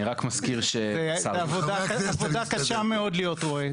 אני רק מזכיר ש --- זו עבודה קשה מאוד להיות רועה,